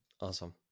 awesome